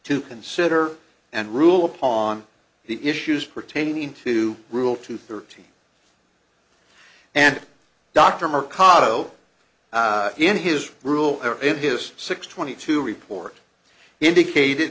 to consider and rule upon the issues pertaining to rule two thirty and dr mercado in his rule in his six twenty two report indicated